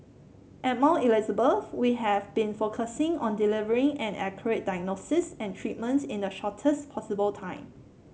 at Mount Elizabeth we have been focusing on delivering an accurate diagnosis and treatment in the shortest possible time